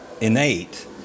innate